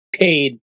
paid